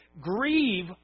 grieve